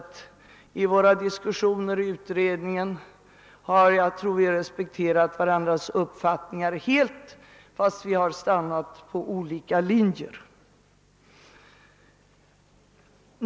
Vid våra diskussioner i utredningen har vi helt respekterat varandras uppfattningar, fastän vi stannat vid olika ståndpunkter.